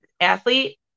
athlete